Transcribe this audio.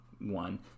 one